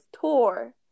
tour